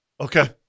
Okay